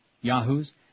Yahoo's